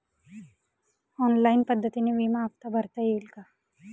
Online पद्धतीने विमा हफ्ता भरता येईल का?